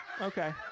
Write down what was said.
Okay